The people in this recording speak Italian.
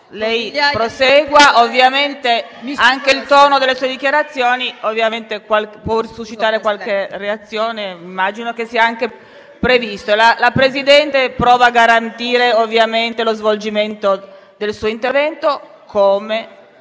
lei prosegua, ma ovviamente anche il tono delle sue dichiarazioni può suscitare qualche reazione, immagino che sia anche previsto. La Presidenza prova a garantire ovviamente lo svolgimento del suo intervento, come